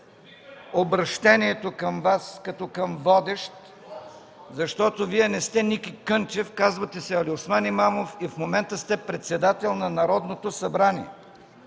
обръщението към Вас като към водещ, защото Вие не сте Ники Кънчев, казвате се Алиосман Имамов и в момента сте председател на Народното събрание.